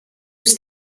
was